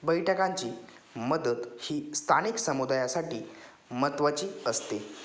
बैठकांची मदत ही स्थानिक समुदायासाठी महत्त्वाची असते